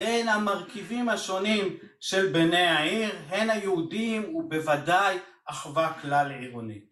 הן המרכיבים השונים של בני העיר, הן היהודים ובוודאי אחווה כלל עירונית.